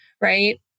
right